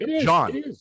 John